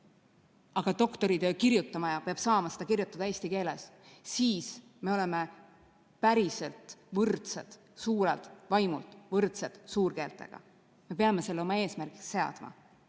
Aga doktoritöö kirjutaja peab saama seda kirjutada eesti keeles. Siis me oleme päriselt võrdsed, suured vaimult, võrdsed suurkeeltega. Me peame selle oma eesmärgiks seadma. Veidi